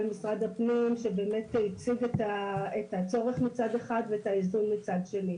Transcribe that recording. משרד הפנים שהציג את הצורך מצד אחד ואת האיזון מצד שני.